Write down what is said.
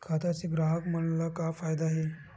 खाता से ग्राहक मन ला का फ़ायदा हे?